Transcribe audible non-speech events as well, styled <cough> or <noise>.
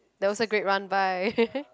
that was a great run by <laughs>